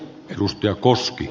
arvoisa puhemies